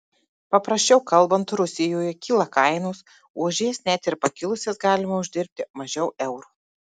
paprasčiau kalbant rusijoje kyla kainos o už jas net ir pakilusias galima uždirbti mažiau eurų